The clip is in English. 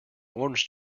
orange